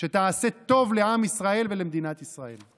שתעשה טוב לעם ישראל ולמדינת ישראל.